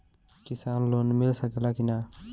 किसान लोन मिल सकेला कि न?